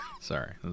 Sorry